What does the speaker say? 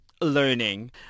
learning